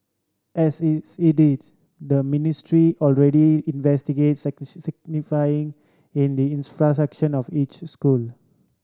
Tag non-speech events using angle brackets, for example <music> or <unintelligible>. as its it is the Ministry already investigate <unintelligible> in the infrastructure of each school